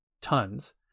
tons